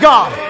God